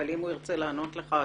אבל אם הוא ירצה לענות לך,